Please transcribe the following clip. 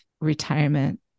retirement